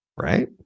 right